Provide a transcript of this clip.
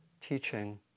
teaching